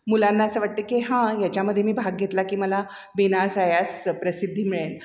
मुलांना असं वाटतं की हां याच्यामध्ये मी भाग घेतला की मला विनासायास प्रसिद्धी मिळेल